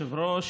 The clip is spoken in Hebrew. כבוד היושב-ראש,